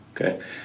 Okay